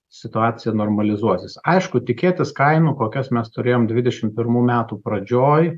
situacija normalizuosis aišku tikėtis kainų kokias mes turėjom dvidešim pirmų metų pradžioj